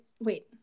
Wait